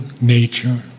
nature